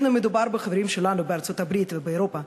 בין אם מדובר בחברים שלנו בארצות-הברית ובאירופה,